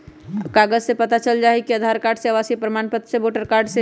कागज से पता चल जाहई, आधार कार्ड से, आवासीय प्रमाण पत्र से, वोटर कार्ड से?